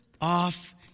off